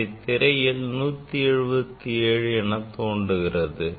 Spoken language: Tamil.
இங்கே திரையில் 177 எனத் தோன்றுகிறது